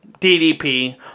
DDP